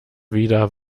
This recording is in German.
wieder